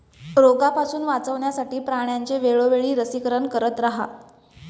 रोगापासून वाचवण्यासाठी प्राण्यांचे वेळोवेळी लसीकरण करत रहा